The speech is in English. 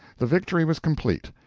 the victory was complete.